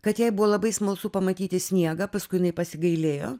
kad jai buvo labai smalsu pamatyti sniegą paskui jinai pasigailėjo